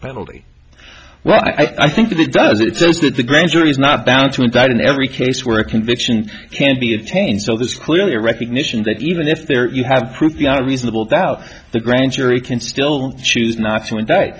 penalty well i think that it does it says that the grand jury is not bound to indict in every case where a conviction can be attained so there's clearly a recognition that even if there you have proof beyond a reasonable doubt the grand jury can still choose not to indict